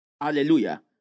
Hallelujah